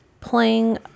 playing